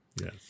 Yes